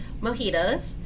mojitos